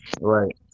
right